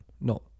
No